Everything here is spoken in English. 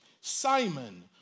Simon